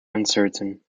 uncertain